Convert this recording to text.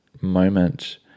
moment